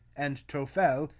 and tophel,